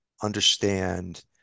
understand